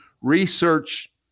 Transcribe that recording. research